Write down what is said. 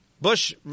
Bush